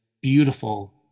beautiful